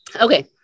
Okay